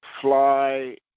fly